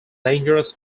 dangerous